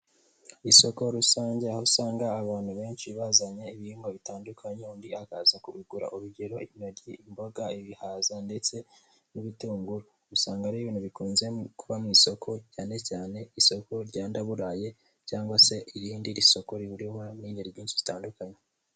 Isoko rusange aho usanga abantu benshi bazanye ibihingwa bitandukanye undi akaza kubigura, urugero: intoryi, imboga, ibihaza ndetse n'ibitunguru, usanga ari ibintu bikunze kuba mu isoko cyane cyane isoko rya ndaburaye cyangwa se irindi soko rihuriweho n'ingeri nyinshi zitandukanye.